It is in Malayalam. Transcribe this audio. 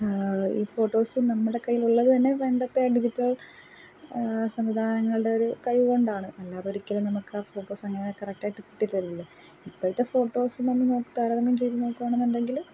ഈ ഫോട്ടോസ് നമ്മുടെ കയ്യിലുള്ളത് തന്നെ പണ്ടത്തെ ഡിജിറ്റൽ സംവിധാനങ്ങളുടെ ഒരു കഴിവുകൊണ്ടാണ് അല്ലാതൊരിക്കലും നമുക്ക് ആ ഫോട്ടോസങ്ങനെ കറക്റ്റായിട്ട് കിട്ടി ഇപ്പോഴത്തെ ഫോട്ടോസിനെ തന്നെ നമുക്ക് താരതമ്യം ചെയ്തു നോക്കുകയാണെന്നുണ്ടെങ്കിൽ